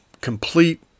complete